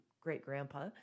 great-grandpa